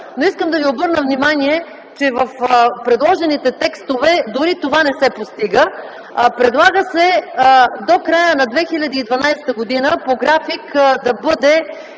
Искам да Ви обърна внимание, че в предложените текстове дори това не се постига. Предлага се до края на 2012 г. по график да бъдат